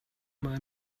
mal